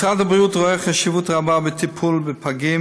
משרד הבריאות רואה חשיבות רבה בטיפול בפגים